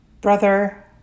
brother